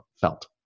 felt